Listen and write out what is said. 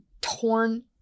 torn